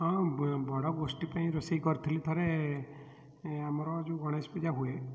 ହଁ ବଡ଼ ଗୋଷ୍ଠି ପାଇଁ ରୋଷେଇ କରିଥିଲି ଥରେ ଆମର ଯେଉଁ ଗଣେଶ ପୂଜା ହୁଏ